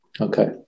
Okay